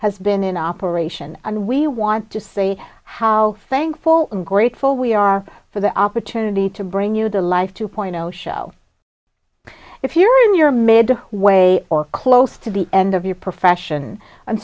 has been in operation and we want to say how thankful and grateful we are for the opportunity to bring you the life two point zero show if you're in your a mid way or close to the end of your profession